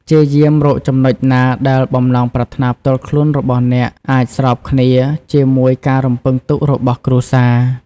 ព្យាយាមរកចំណុចណាដែលបំណងប្រាថ្នាផ្ទាល់ខ្លួនរបស់អ្នកអាច ស្របគ្នា ជាមួយការរំពឹងទុករបស់គ្រួសារ។